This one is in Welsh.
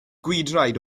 gwydraid